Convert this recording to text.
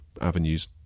avenues